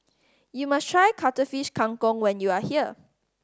you must try Cuttlefish Kang Kong when you are here